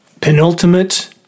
penultimate